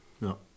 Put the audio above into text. No